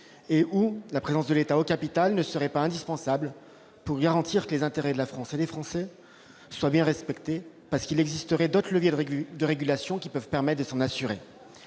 là où la présence de l'État au capital n'est pas indispensable pour garantir que les intérêts de la France et des Français soient bien respectés, parce qu'il existerait d'autres leviers de régulation qui peuvent permettre de s'en assurer.